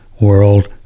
world